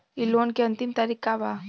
इ लोन के अन्तिम तारीख का बा?